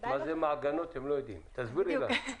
הם לא יודעים, תסבירי להם.